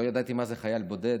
לא ידעתי מה זה חייל בודד,